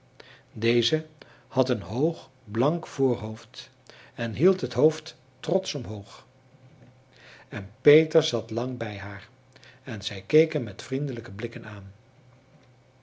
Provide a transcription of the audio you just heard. deze had een hoog blank voorhoofd en hield het hoofd trotsch omhoog en peter zat lang bij haar en zij keek hem met vriendelijke blikken aan